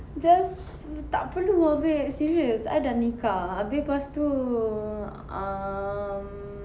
just tak perlu lah babe serious I dah nikah abeh lepas tu um